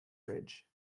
bridge